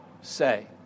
say